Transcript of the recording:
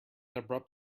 abrupt